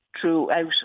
Throughout